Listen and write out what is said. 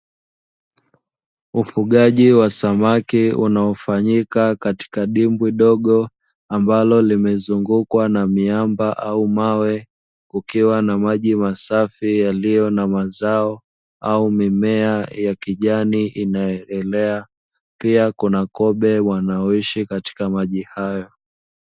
Ufugaji wa samaki unaofanyika katika dimbwi dogo, ambalo limezungukwa na miamba au mawe, kukiwa na maji masafi yaliyo na mazao au mimea ya kijani inayoelea, pia kuna kobe wanaoishi katika maji hayo.